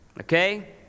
okay